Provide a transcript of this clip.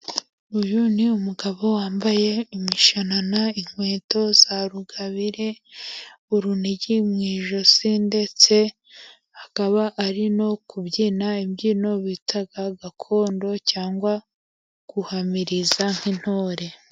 Uyu ni umugabo wambaye imishanana, inkweto za rugabire, urunigi mu ijosi, ndetse akaba ari no kubyina imbyino bita gakondo cyangwa guhamiriza nk'intore.